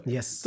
Yes